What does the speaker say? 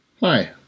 Hi